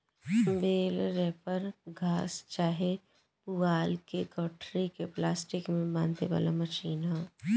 बेल wrapper घास चाहे पुआल के गठरी के प्लास्टिक में बांधे वाला मशीन ह